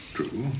True